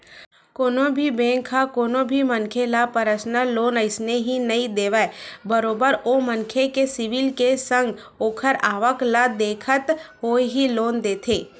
कोनो भी बेंक ह कोनो भी मनखे ल परसनल लोन अइसने ही नइ देवय बरोबर ओ मनखे के सिविल के संग ओखर आवक ल देखत होय ही लोन देथे